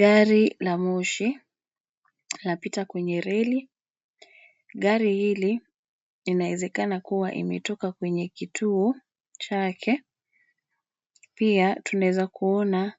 Gari la moshi, lapita kwenye reli. Gari hili linawezekana kuwa imetoka kwenye kituo chake. Pia tunaweza kuona,